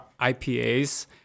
IPAs